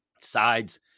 sides